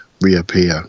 reappear